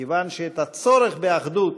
כיוון שאת הצורך באחדות